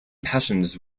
passions